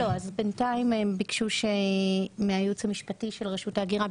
לא אז בינתיים ביקשו מהייעוץ המשפטי של רשות ההגירה,